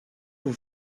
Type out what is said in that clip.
vous